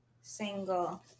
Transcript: single